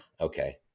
Okay